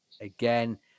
Again